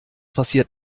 passiert